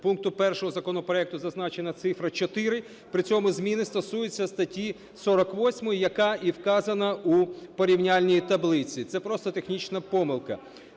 1 пункту 1 законопроекту зазначена цифра 4, при цьому зміни стосуються статті 48, яка і вказана в порівняльній таблиці, це просто технічна помилка.